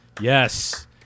Yes